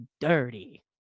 dirty